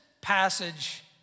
passage